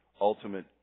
ultimate